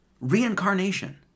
reincarnation